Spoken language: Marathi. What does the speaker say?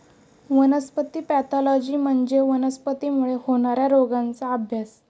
वनस्पती पॅथॉलॉजी म्हणजे वनस्पतींमुळे होणार्या रोगांचा अभ्यास